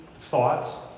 thoughts